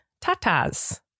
tatas